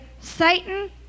Satan